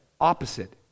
opposite